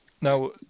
Now